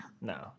No